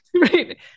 right